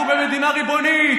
אנחנו במדינה ריבונית.